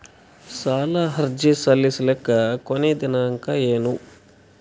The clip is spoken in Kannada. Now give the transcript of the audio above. ಸಾಲ ಅರ್ಜಿ ಸಲ್ಲಿಸಲಿಕ ಕೊನಿ ದಿನಾಂಕ ಏನು?